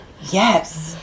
yes